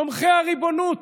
תומכי הריבונות.